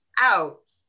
out